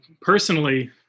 personally